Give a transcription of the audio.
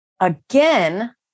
Again